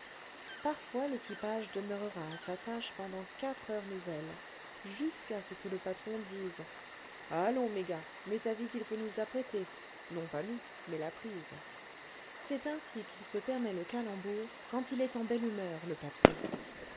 parfois l'équipage demeurera à sa tâche pendant quatre heures nouvelles jusqu'à ce que le patron dise allons mes gars m'est avis qu'il faut nous apprêter non pas nous mais la prise c'est ainsi qu'il se permet le calembour quand il est en belle humeur le patron